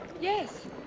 Yes